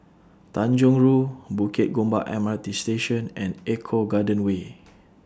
Tanjong Rhu Bukit Gombak M R T Station and Eco Garden Way